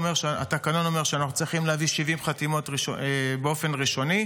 התקנון אומר שאנחנו צריכים להביא 70 חתימות באופן ראשוני.